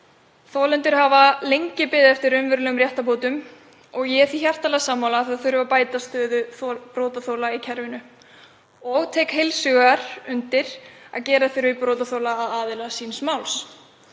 Þolendur hafa lengi beðið eftir raunverulegum réttarbótum og ég er því hjartanlega sammála að bæta þurfi stöðu brotaþola í kerfinu. Ég tek heils hugar undir að gera þurfi brotaþola aðila síns máls.